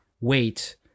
wait